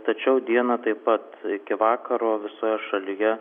tačiau dieną taip pat iki vakaro visoje šalyje